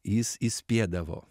jis įspėdavo